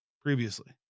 previously